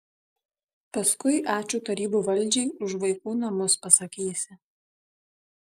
paskui ačiū tarybų valdžiai už vaikų namus pasakysi